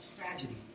tragedy